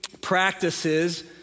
practices